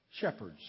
shepherds